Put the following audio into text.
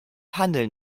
handeln